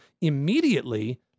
immediately